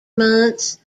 months